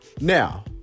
now